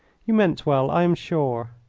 you meant well, i am sure.